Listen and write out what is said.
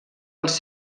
els